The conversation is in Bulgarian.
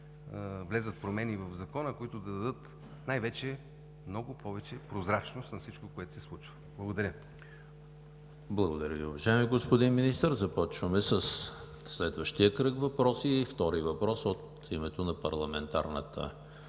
влязат промени в Закона, които да дадат най-вече много повече прозрачност на всичко, което се случва. Благодаря. ПРЕДСЕДАТЕЛ ЕМИЛ ХРИСТОВ: Благодаря Ви, уважаеми господин Министър. Започваме със следващия кръг въпроси. Втори въпрос от името на парламентарната